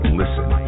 listen